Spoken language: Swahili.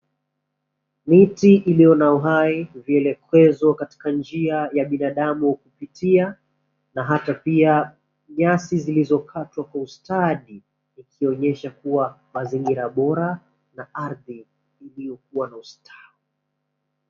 Miti iliyo na uhai , vyelekezo katika njia ya binadamu kupitia na hata pia nyasi zilizokatwa kwa ustadi ikionyesha kuwa mazingira bora na ardhi iliyokuwa na ustawi.